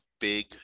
big